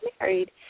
married